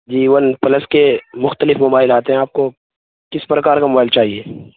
جی OnePlus کے مختلف mobile آتے ہیں آپ کو کس پرکار کا موبائل چاہیے